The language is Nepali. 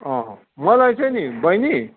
अँ मलाई चाहिँ नि बहिनी